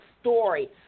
story